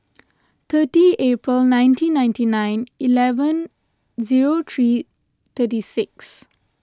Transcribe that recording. thirty April nineteen ninety nine eleven zero three thirty six